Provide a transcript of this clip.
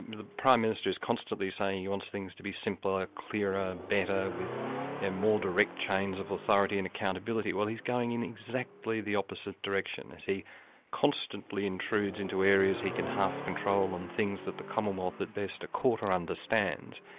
the prime minister is constantly saying he wants things to be simpler, clearer, better, with and more direct chains of authority and accountability. well, he's going in exactly the opposite direction as he constantly intrudes into areas he can half control and things the commonwealth, at best, a quarter understands.